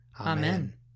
Amen